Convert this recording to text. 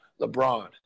LeBron